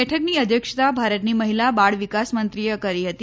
બેઠકની અધ્યક્ષતા ભારતની મહિલા બાળ વિકાસમંત્રીએ કરી હતી